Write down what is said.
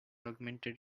augmented